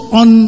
on